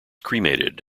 cremated